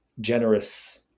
generous